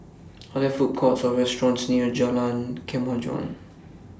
Are There Food Courts Or restaurants near Jalan Kemajuan